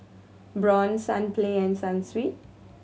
Braun Sunplay and Sunsweet